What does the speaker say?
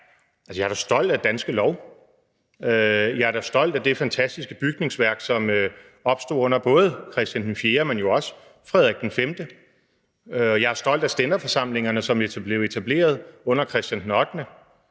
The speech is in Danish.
jeg er da stolt af Danske Lov. Jeg er stolt af det fantastiske bygningsværk, der opstod under både Christian IV, men jo også under Frederik V. Jeg er stolt af stænderforsamlingerne, som blev etableret under Christian